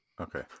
Okay